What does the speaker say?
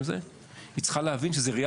אז צריכים להבין שמדובר